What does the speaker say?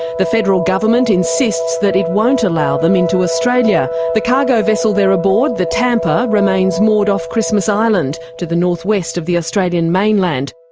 the federal government insists that it won't allow them into australia. the cargo vessel they're aboard, the tampa, remains moored off christmas island to the north-west of the australian mainland.